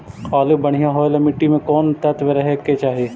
आलु बढ़िया होबे ल मट्टी में कोन तत्त्व रहे के चाही?